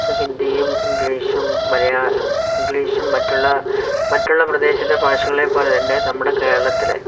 ഇപ്പോൾ ഹിന്ദിയും ഇംഗ്ലീഷും മലയാളം ഇംഗ്ലീഷും മറ്റുള്ള മറ്റുള്ള പ്രദേശത്തെ ഭാഷകളെപ്പോലെതന്നെ നമ്മുടെ കേരളത്തില്